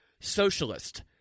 socialist